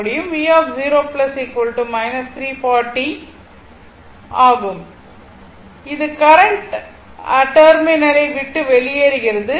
V0 340 ஆகும் இது current terminal ஐ விட்டு வெளியேறுகிறது